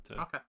Okay